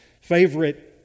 favorite